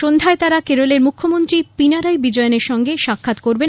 সন্ধ্যায় তার কেরলের মুখ্যমন্ত্রী পিনারাই বিজয়নের সঙ্গে সাক্ষাৎ করবেন